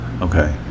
Okay